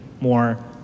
more